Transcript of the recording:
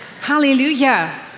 Hallelujah